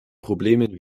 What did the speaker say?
problemen